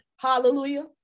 Hallelujah